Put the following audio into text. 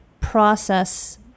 process